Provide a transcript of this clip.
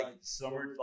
summer